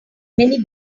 many